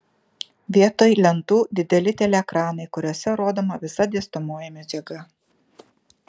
vietoj lentų dideli teleekranai kuriuose rodoma visa dėstomoji medžiaga